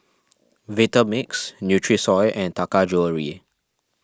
Vitamix Nutrisoy and Taka Jewelry